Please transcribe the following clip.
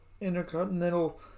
Intercontinental